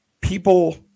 people